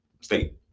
state